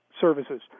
services